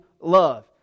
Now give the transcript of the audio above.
love